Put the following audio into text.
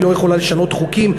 היא לא יכולה לשנות חוקים?